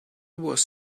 was